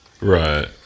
Right